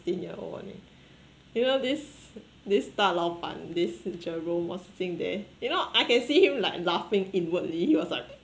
sixteen year old only you know this this 大老板 this jerome was sitting there you know I can see him like laughing inwardly he was like